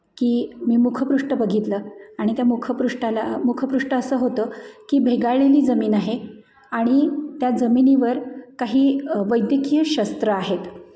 की मी मुखपृष्ठ बघितलं आणि त्या मुखपृष्ठाला मुखपृष्ठ असं होतं की भेगाळलेली जमीन आहे आणि त्या जमिनीवर काही वैद्यकीय शस्त्रं आहेत